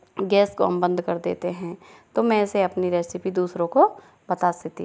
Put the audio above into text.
gas को हम बंद कर देते हैं तो मैं ऐसे अपनी रेसिपी दूसरों को बता सकती हूँ